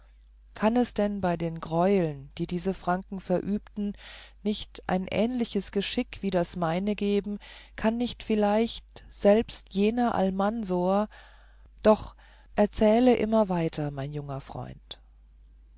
kann es denn bei den greueln die diese franken verübten nicht ein ähnliches geschick wie das meine geben kann nicht vielleicht selbst jener almansor doch erzähle immer weiter mein junger freund